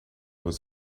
was